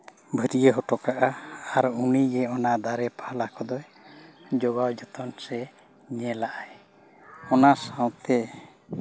ᱵᱷᱟᱨᱤᱭᱟᱹ ᱦᱚᱴᱚᱠᱟᱜᱼᱟ ᱟᱨ ᱩᱱᱤᱜᱮ ᱚᱱᱟ ᱫᱟᱨᱮ ᱯᱟᱞᱟ ᱠᱚᱫᱚᱭ ᱡᱳᱜᱟᱣ ᱡᱚᱛᱚᱱ ᱥᱮ ᱧᱮᱞᱟᱭ ᱚᱱᱟ ᱥᱟᱶᱛᱮ